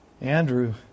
Andrew